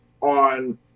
on